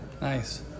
Nice